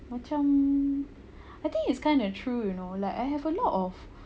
macam I think it's kind of true you know I have a lot of